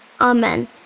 Amen